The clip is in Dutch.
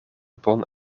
bon